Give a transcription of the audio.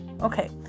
Okay